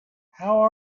how